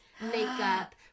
makeup